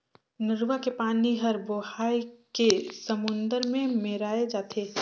नरूवा के पानी हर बोहाए के समुन्दर मे मेराय जाथे